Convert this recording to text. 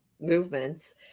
movements